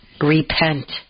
Repent